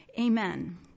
Amen